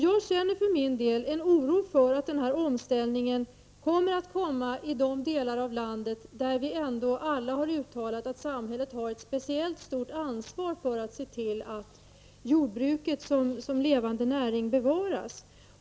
Jag känner för min del en oro för att den här omställningen kommer i de delar av landet där vi ändå har uttalat att samhället har ett speciellt stort ansvar för att se till att jordbruket bevaras som levande näring.